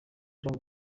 jong